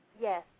Yes